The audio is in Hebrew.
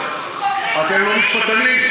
אתם לא משפטנים.